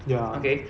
okay